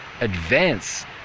advance